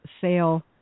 sale